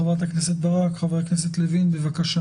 חברת הכנסת קרן ברק, חבר הכנסת לוין, בבקשה